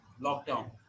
lockdown